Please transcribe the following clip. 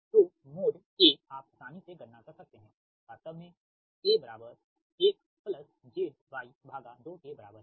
तोमोड A आप आसानी से गणना कर सकते हैं वास्तव में A 1ZY2के बराबर है